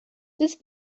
this